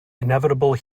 inevitable